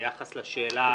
ביחס לשאלה